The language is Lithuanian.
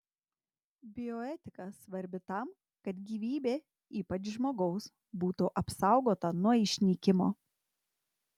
bioetika svarbi tam kad gyvybė ypač žmogaus būtų apsaugota nuo išnykimo